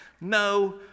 no